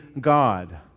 God